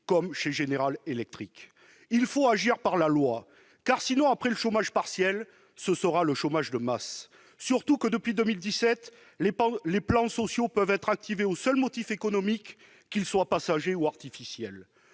comme chez General Electric ? Il faut agir par la loi, car, sinon, après le chômage partiel, ce sera le chômage de masse, d'autant que, depuis 2017, les plans sociaux peuvent être activés au seul motif économique, qu'il soit passager ou artificiel.